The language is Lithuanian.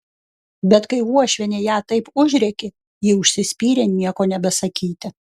bet kai uošvienė ją taip užrėkė ji užsispyrė nieko nebesakyti